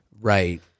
Right